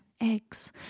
Eggs